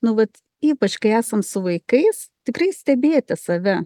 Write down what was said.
nu vat ypač kai esam su vaikais tikrai stebėti save